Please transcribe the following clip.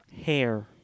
hair